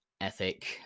ethic